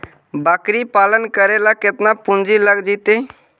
बकरी पालन करे ल केतना पुंजी लग जितै?